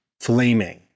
flaming